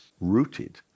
rooted